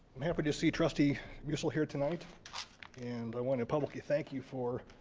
i'm happy to see trustee musil here tonight and but i want to publicly thank you for